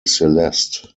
celeste